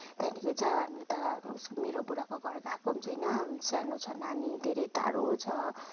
त्यहाँदेखि चाहिँ अब हामी त मेरो बुढाको घर गएको पनि छैन सानो छ नानी धेरै टाढो छ